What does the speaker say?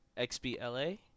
XBLA